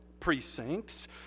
Precincts